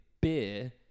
beer